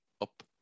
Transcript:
up